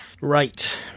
Right